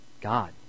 God